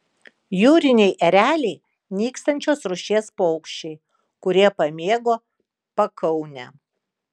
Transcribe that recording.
jūriniai ereliai nykstančios rūšies paukščiai kurie pamėgo pakaunę